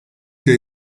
che